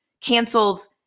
cancels